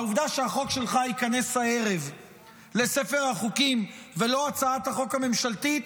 העובדה שהחוק שלך ייכנס הערב לספר החוקים ולא הצעת החוק הממשלתית,